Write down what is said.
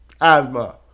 asthma